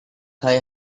thy